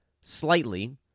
slightly